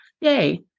yay